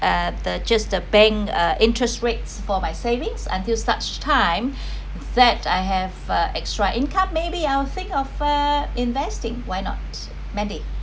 uh the just the bank uh interest rates for my savings until such time that I have uh extra income maybe I'll think of uh investing why not mandy